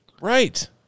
Right